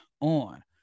On